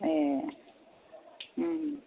ए उम